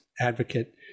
advocate